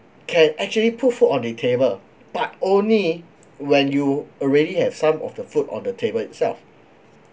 can actually put food on the table but only when you already have some of the food on the table itself